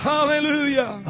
Hallelujah